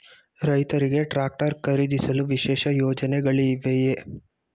ರೈತರಿಗೆ ಟ್ರಾಕ್ಟರ್ ಖರೀದಿಸಲು ವಿಶೇಷ ಯೋಜನೆಗಳಿವೆಯೇ?